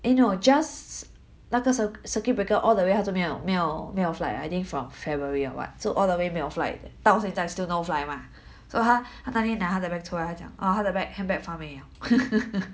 eh no just 那个 cir~ circuit breaker all the way 她就没有没有没有 flight liao I think from february or what so all the way 没有 flight 到现在 still no flight mah so 她她那天她拿她的 bag 出来她讲哦她的 bag handbag 发霉了